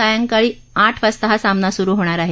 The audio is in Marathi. सायंकाळी आठ वाजता हा सामना सुरू होणार आहे